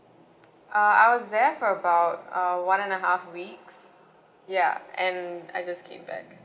uh I was there for about uh one and a half weeks ya and I just came back